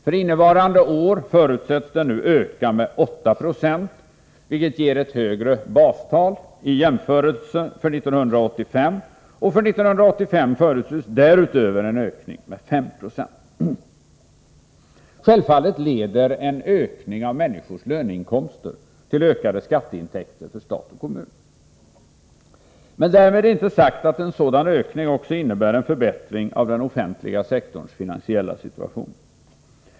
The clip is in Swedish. För innevarande år förutsätts den nu öka med 8 9, vilket ger ett högre bastal i jämförelse med 1985, och för 1985 förutses därutöver en ökning med 5 96. Självfallet leder en ökning av människors löneinkomster till ökade skatteintäkter för stat och kommun. Men därmed är inte sagt att en sådan ökning också innebär en förbättring av den offentliga sektorns finansiella situation.